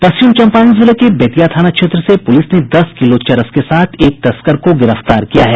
पश्चिम चंपारण जिले के बेतिया थाना क्षेत्र से पुलिस ने दस किलो चरस के साथ एक तस्कर को गिरफ्तार किया है